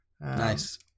Nice